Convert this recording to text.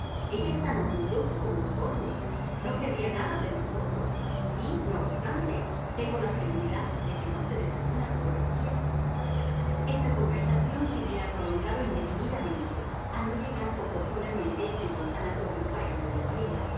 ella es tan orgullosa como los otros no querría nada de nosotros y no obstante tengo la seguridad de que no se desayuna todos los días esta conversación se hubiera prolongado indefinidamente a no llegar oportunamente el señor anatolio para interrumpirla